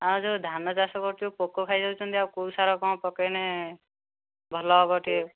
ଆମେ ଯେଉଁ ଧାନ ଚାଷ କରୁଛୁ ପୋକ ଖାଇଯାଉଛନ୍ତି ଆଉ କେଉଁ ସାର କ'ଣ ପକେଇଲେ ଭଲ ହେବ ଟିକେ